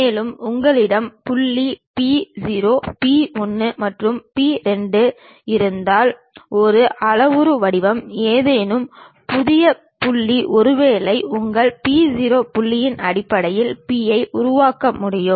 மேலும் உங்களிடம் புள்ளி P 0 P 1 மற்றும் P 2 இருந்தால் ஒரு அளவுரு வடிவம் ஏதேனும் புதிய புள்ளி ஒருவேளை உங்கள் P 0 புள்ளியின் அடிப்படையில் P ஐ உருவாக்க முடியும்